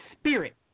spirit